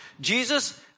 Jesus